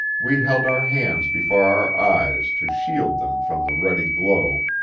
we held our hands before our eyes to shield them from the ruddy glow,